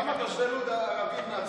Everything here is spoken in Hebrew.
כמה תושבי לוד ערבים עצורים?